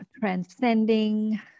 transcending